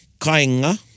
Kainga